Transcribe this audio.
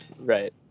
right